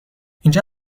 اینجا